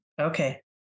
Okay